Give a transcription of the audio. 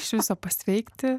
iš viso pasveikti